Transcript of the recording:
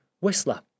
Whistler